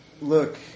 Look